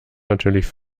natürlich